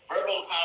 verbal